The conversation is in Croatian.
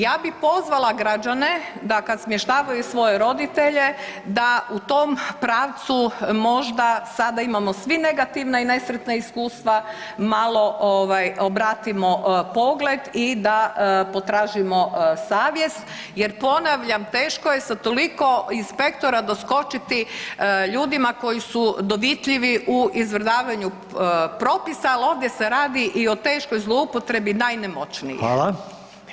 Ja bi pozvala građane da smještavaju svoje roditelje da u tom pravcu možda sada imamo svi negativna i nesretna iskustva malo obratimo pogled i da potražimo savjet jer ponavljam, teško je sa toliko inspektora doskočiti ljudima koji su dovitljivi u izvrdavanju propisa, ali ovdje se radi i o teškoj zloupotrebi najnemoćnijih.